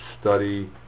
study